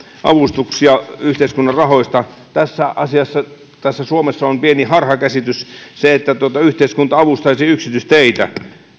avustuksia yhteiskunnan rahoista tässä asiassa suomessa on pieni harhakäsitys se että yhteiskunta avustaisi yksityisteitä